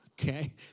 okay